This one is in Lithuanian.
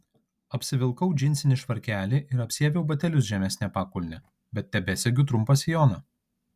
apsivilkau džinsinį švarkelį ir apsiaviau batelius žemesne pakulne bet tebesegiu trumpą sijoną